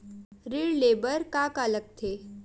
ऋण ले बर का का लगथे?